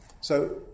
So-